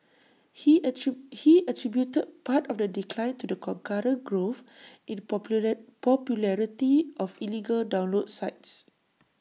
he he attributed part of the decline to the concurrent growth in popular popularity of illegal download sites